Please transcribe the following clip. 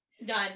Done